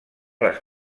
les